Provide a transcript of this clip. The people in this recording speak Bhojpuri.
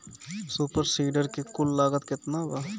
सुपर सीडर के कुल लागत केतना बा?